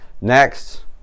Next